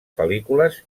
pel·lícules